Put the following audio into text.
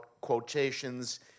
quotations